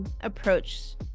approach